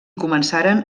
començaren